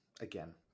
again